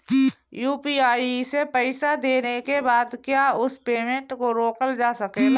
UPI से पईसा देने के बाद क्या उस पेमेंट को रोकल जा सकेला?